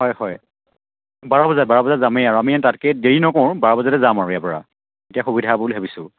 হয় হয় বাৰ বজাত বাৰ বজাত যামেই আৰু আমি তাতকৈ দেৰি নকৰো বাৰ বজাতে যাম আৰু ইয়াৰ পৰা তেতিয়া সুবিধা হ'ব বুলি ভাবিছোঁ